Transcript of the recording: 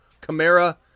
Camara